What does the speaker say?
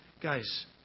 guys